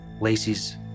Lacey's